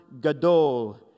gadol